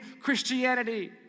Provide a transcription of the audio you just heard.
Christianity